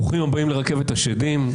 ברוכים הבאים לרכבת השדים.